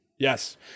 Yes